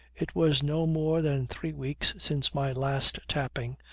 it was no more than three weeks since my last tapping,